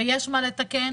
ויש מה לתקן,